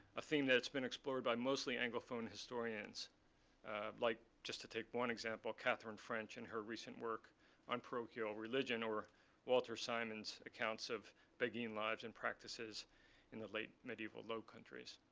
a theme that's been explored by mostly anglophone historians like, just to take but one example, katherine french in her recent work on parochial religion, or walter simon's accounts of beguine lives and practices in the late medieval low countries.